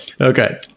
Okay